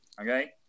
Okay